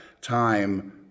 time